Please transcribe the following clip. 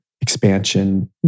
expansion